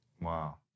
Wow